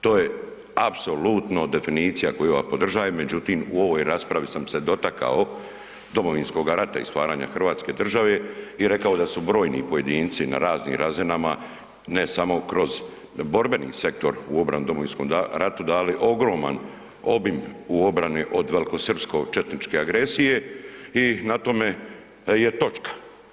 To je apsolutno definicija koju ja podržajem, međutim u ovoj raspravi sam se dotakao Domovinskog rata i stvaranja Hrvatske države i rekao da su brojni pojedinci na raznim razinama ne samo kroz borbeni sektor u obrani u Domovinskom ratu dali ogroman obim u obrani od velikosrpske četničke agresije i na tom je točka.